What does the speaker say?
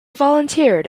volunteered